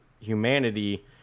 humanity